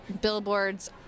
billboards